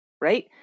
right